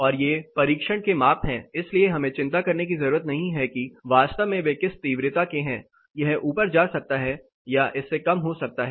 और ये परीक्षण के माप हैं इसलिए हमें चिंता करने की ज़रूरत नहीं है कि वास्तव में वे किस तीव्रता के हैं यह ऊपर जा सकता है या इससे कम हो सकता है